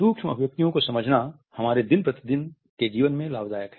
सूक्ष्म अभिव्यक्तियों को समझना हमारे दिन प्रतिदिन के जीवन में लाभदायक है